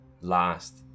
last